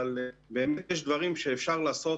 באמת יש דברים שאפשר לעשות,